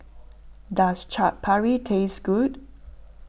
does Chaat Papri taste good